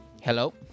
Hello